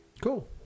Cool